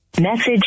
Message